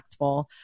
impactful